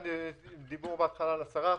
דיברו בהתחלה על 10%,